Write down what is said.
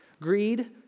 Greed